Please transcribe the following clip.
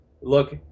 look